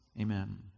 Amen